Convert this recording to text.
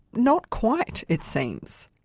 not quite it seems.